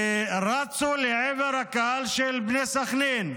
ורצו לעבר הקהל של בני סח'נין.